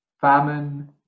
famine